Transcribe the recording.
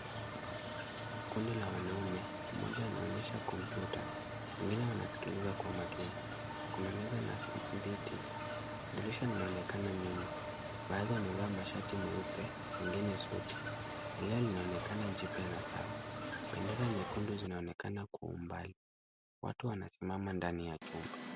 Kundi la wanaume ,mmoja anaonyesha kompyuta , wengine wanasikiliza kwa makini. Kuna meza na viti ,dirisha linaonekana nyuma. Baadhi wamevaa mashati meupe wengine suti . Zulia laonekana jipya sana . Bendera jekundu zinaonekana kwa umbali . Watu wanasimama ndani ya chumba.